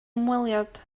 hymweliad